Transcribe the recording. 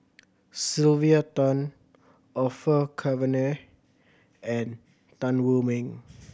Sylvia Tan Orfeur Cavenagh and Tan Wu Meng